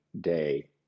day